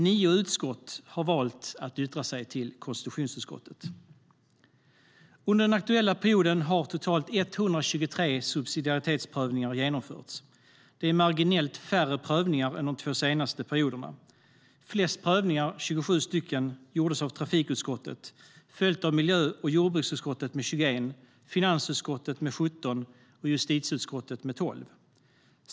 Nio utskott har valt att yttra sig till konstitutionsutskottet. Under den aktuella perioden har totalt 123 subsidiaritetsprövningar genomförts. Det är marginellt färre prövningar än under de två senaste perioderna. Flest prövningar - 27 stycken - gjordes av trafikutskottet, följt av miljö och jordbruksutskottet med 21, finansutskottet med 17 och justitieutskottet med 12.